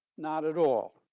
not at all.